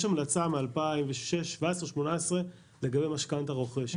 יש המלצה משנת 2017-2018 לגבי משכנתה רוכשת.